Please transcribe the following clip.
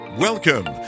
Welcome